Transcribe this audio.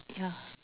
yeah